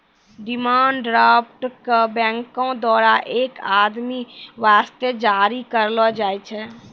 demand draft क बैंको द्वारा एक आदमी वास्ते जारी करलो जाय छै